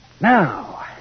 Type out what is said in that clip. Now